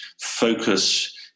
focus